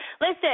Listen